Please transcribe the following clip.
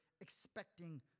expecting